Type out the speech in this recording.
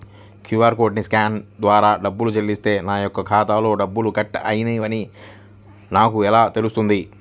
QR కోడ్ని scan ద్వారా డబ్బులు చెల్లిస్తే నా యొక్క ఖాతాలో డబ్బులు కట్ అయినవి అని నాకు ఎలా తెలుస్తుంది?